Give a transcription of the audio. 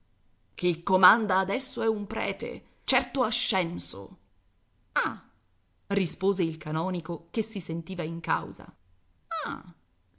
chi comanda adesso è un prete certo ascenso ah rispose il canonico che si sentiva in causa ah